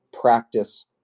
practice